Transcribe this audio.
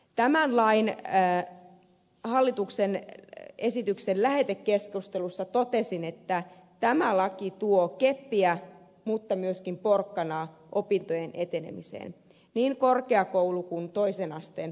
tämän lain hallituksen esityksen lähetekeskustelussa totesin että laki tuo keppiä mutta myöskin porkkanaa opintojen etenemiseen niin korkeakoulu kuin toisen asteen opiskelijoidenkin osalta